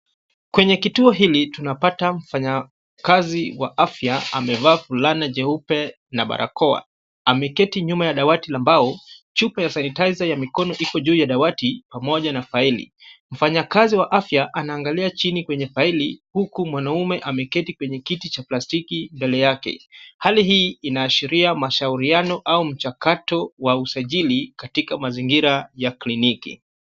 Kwenye kituo hili tunapata mfanyakazi wa afya amevaa fulana jeupe na barakoa. Ameketi nyuma ya dawati la mbao, chupa ya sanitizer ya mikono iko juu ya dawati pamoja na faili. Mfanyakazi wa afya anaangalia chini kwenye faili huku mwanaume ameketi penye kiti cha plastiki mbele yake. Hali hii inaashiria mashauriano au mchakato wa usajili katika mazingira ya kliniki.